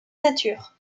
nature